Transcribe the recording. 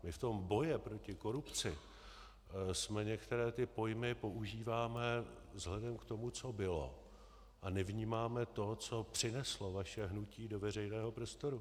V tom boji proti korupci některé pojmy používáme vzhledem k tomu, co bylo, a nevnímáme to, co přineslo vaše hnutí do veřejného prostoru.